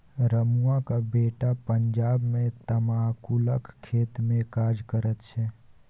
रमुआक बेटा पंजाब मे तमाकुलक खेतमे काज करैत छै